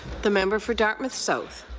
the member for dartmouth south.